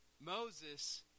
Moses